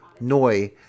Noi